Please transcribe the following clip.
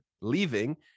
leaving